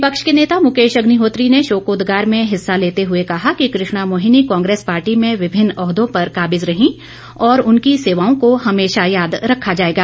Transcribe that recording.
विपक्ष के नेता मुकेश अग्निहोत्री ने शोकोदगार में हिस्सा लेते हुए कहा कि कृष्णा मोहिन कांग्रेस पार्टी में विभिन्न ओहदों पर काबिज रही और उनकी सेवाओं को हमेशा याद रखा जाएगा